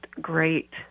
great